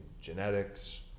genetics